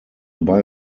bei